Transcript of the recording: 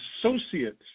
associates